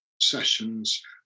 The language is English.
sessions